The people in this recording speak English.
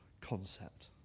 concept